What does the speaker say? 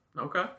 Okay